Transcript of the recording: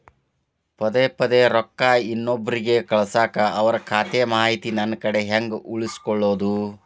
ಪದೆ ಪದೇ ರೊಕ್ಕ ಇನ್ನೊಬ್ರಿಗೆ ಕಳಸಾಕ್ ಅವರ ಖಾತಾ ಮಾಹಿತಿ ನನ್ನ ಕಡೆ ಹೆಂಗ್ ಉಳಿಸಿಕೊಳ್ಳೋದು?